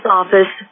office